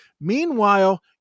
Meanwhile